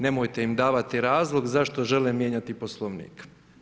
Nemojte im davati razlog zašto žele mijenjati Poslovnik.